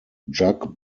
jug